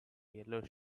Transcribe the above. yellow